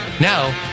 Now